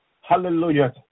Hallelujah